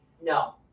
No